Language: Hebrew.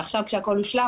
כשהכול הושלם,